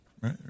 right